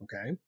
Okay